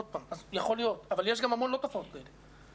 יכול להיות אבל יש גם המון תופעות שהן לא כאלה.